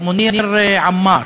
מוניר עמאר?